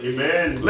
Amen